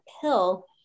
pill